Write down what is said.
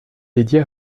dédiée